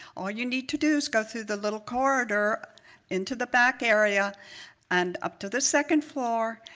all you need to do is go through the little corridor into the back area and up to the second floor,